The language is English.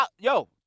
Yo